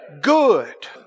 good